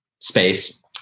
space